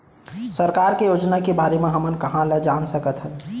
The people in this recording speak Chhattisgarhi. सरकार के योजना के बारे म हमन कहाँ ल जान सकथन?